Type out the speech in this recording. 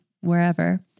wherever